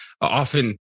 often